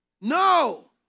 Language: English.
No